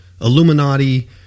Illuminati